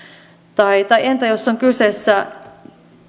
tai tai entä jos on kyseessä